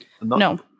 no